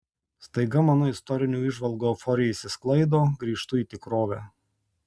staiga mano istorinių įžvalgų euforija išsisklaido grįžtu į tikrovę